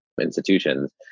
institutions